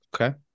okay